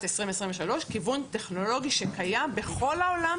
2023 צריך להיות כיוון טכנולוגי שקיים בכל העולם,